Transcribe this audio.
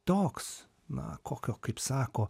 toks na kokio kaip sako